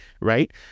Right